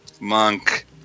Monk